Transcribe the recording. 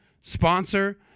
sponsor